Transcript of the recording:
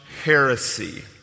heresy